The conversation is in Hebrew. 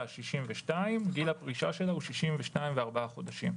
62 גיל הפרישה שלה הוא 62 וארבעה חודשים.